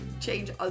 change